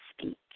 speak